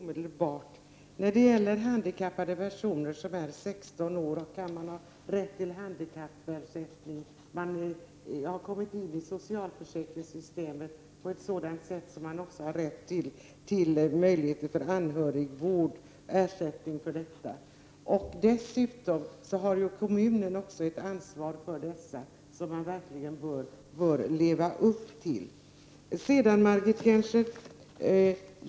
Herr talman! Jag kan svara Barbro Sandberg omedelbart. Handikappade personer som är 16 år har rätt till handikappersättning. De har kommit in i socialförsäkringssystemet på ett sådant sätt att det också finns en rätt att utnyttja möjligheten till anhörigvård, och man får ersättning för detta. Dessutom har kommunerna också ett ansvar för dessa människor som de verkligen bör leva upp till. Sedan till det Margit Gennser sade.